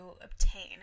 obtain